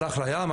הלך לים,